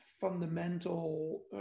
fundamental